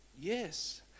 yes